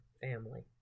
family